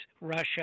Russia